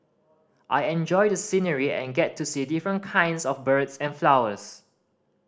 i enjoy the scenery and get to see different kinds of birds and flowers